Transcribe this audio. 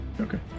Okay